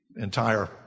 entire